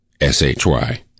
s-h-y